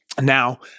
Now